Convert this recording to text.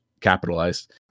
capitalized